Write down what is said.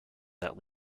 that